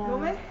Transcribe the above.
no meh